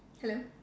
hello